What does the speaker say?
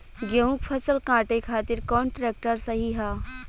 गेहूँक फसल कांटे खातिर कौन ट्रैक्टर सही ह?